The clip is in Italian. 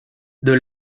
the